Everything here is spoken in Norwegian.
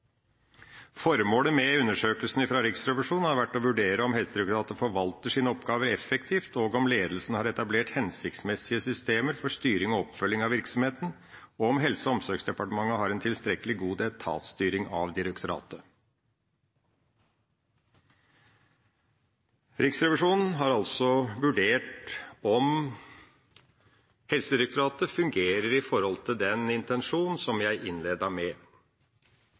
Formålet med Riksrevisjonens undersøkelse har vært å vurdere om Helsedirektoratet forvalter sine oppgaver effektivt, om ledelsen har etablert hensiktsmessige systemer for styring og oppfølging av virksomheten, og om Helse- og omsorgsdepartementet har en tilstrekkelig god etatsstyring av direktoratet. Riksrevisjonen har altså vurdert om Helsedirektoratet fungerer ut fra den intensjonen som jeg innledet med.